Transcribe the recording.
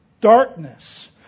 darkness